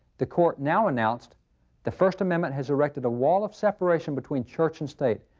the court now announced the first amendment has erected a wall of separation between church and state.